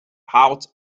out